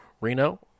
Reno